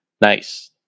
Nice